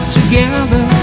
together